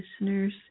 listeners